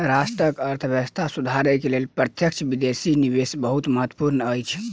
राष्ट्रक अर्थव्यवस्था सुधारक लेल प्रत्यक्ष विदेशी निवेश बहुत महत्वपूर्ण अछि